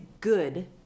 good